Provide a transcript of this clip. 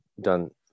done